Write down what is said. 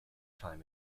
time